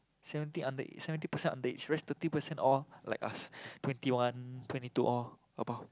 seventy under seventy percent underage rest thirty percent all like us twenty one twenty two all about